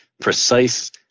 precise